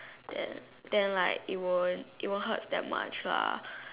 there then like it won't it won't hurt that much lah